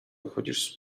wychodzisz